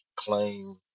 claim